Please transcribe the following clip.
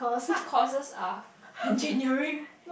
hard courses are engineering